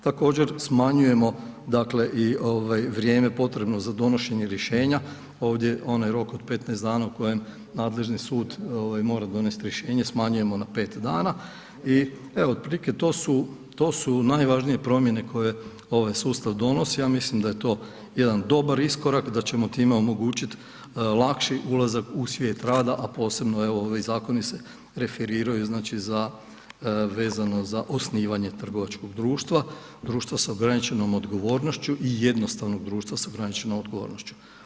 Također smanjujemo, dakle, i vrijeme potrebno za donošenje rješenja, ovdje onaj rok od 15 dana u kojem nadležni sud mora donijeti rješenje, smanjujemo na 5 dana i evo, otprilike to su, to su najvažnije promjene koje ovaj sustav donosi, ja mislim da je to jedan dobar iskorak, da ćemo time omogućit lakši ulazak u svijet rada, a posebno evo ovi zakoni se referiraju, znači, za, vezano za osnivanje trgovačkog društva, društva s ograničenom odgovornošću i jednostavnog društva s ograničenom odgovornošću.